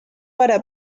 para